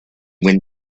when